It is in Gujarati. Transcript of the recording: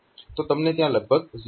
તો તમને ત્યાં લગભગ 0 V મળશે